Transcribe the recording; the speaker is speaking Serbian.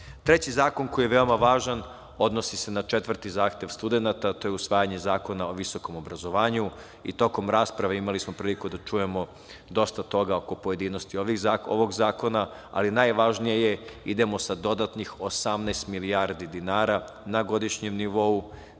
zahtev koji je veoma važan odnosi se na četvrti zahtev studenata, usvajanje Zakona o visokom obrazovanju i tokom rasprave imali smo priliku da čujemo dosta toga oko pojedinosti ovog zakona, ali najvažnije je da idemo sa dodatnih 18 milijardi dinara na godišnjem nivou